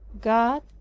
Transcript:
god